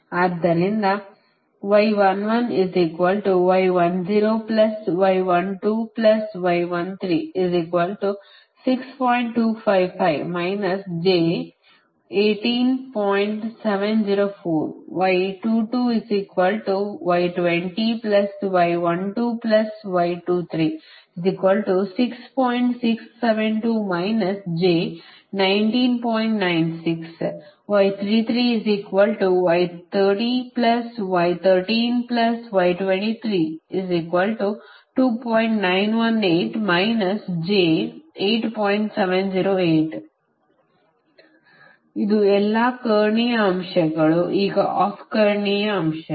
ಆದ್ದರಿಂದ ಆದ್ದರಿಂದ ಇದು ಎಲ್ಲಾ ಕರ್ಣೀಯ ಅಂಶಗಳು ಈಗ ಆಫ್ ಕರ್ಣೀಯ ಅಂಶಗಳು